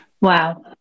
wow